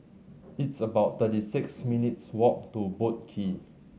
it's about thirty six minutes walk to Boat Quay